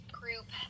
group